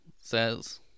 says